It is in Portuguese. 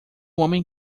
homem